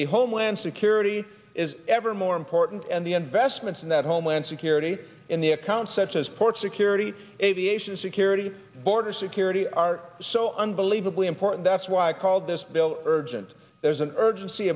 the homeland security is ever more important and the investments in that homeland security in the account such as port security aviation security border security are so unbelievably important that's why i called this bill urgent there's an urgency